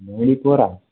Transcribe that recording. money پورا